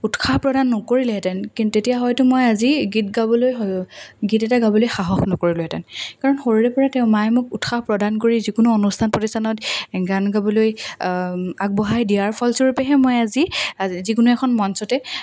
উৎসাহ প্ৰদান নকৰিলেহেঁতেন কিন্তু তেতিয়া হয়তো মই আজি গীত গাবলৈ গীত এটা গাবলৈ সাহস নকৰিলোঁ হেতেন কাৰণ সৰুৰে পৰা তেওঁ মায় মোক উৎসাহ প্ৰদান কৰি যিকোনো অনুষ্ঠান প্ৰতিষ্ঠানত গান গাবলৈ আগবঢ়াই দিয়াৰ ফলস্বৰূপেহে মই আজি যিকোনো এখন মঞ্চতে